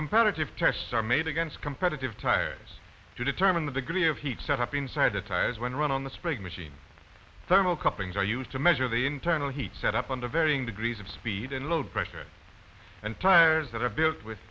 comparative tests are made against competitive tires to determine the degree of heat set up inside the tires when run on the spring machine thermal couplings are used to measure the internal heat set up under varying degrees of speed and low pressure and tires that are built with